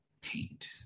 paint